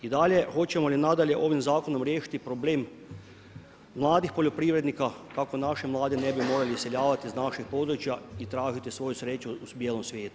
I dalje, hoćemo li nadalje ovim zakonom riješiti problem mladih poljoprivrednika, kako naši mladi ne bi morali iseljavati iz naših područja i tražiti svoju srežu u bijelom svijetu.